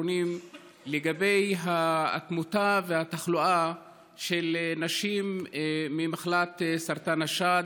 האחרונים לגבי התמותה והתחלואה של נשים ממחלת סרטן השד,